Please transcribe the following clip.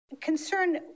concern